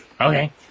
Okay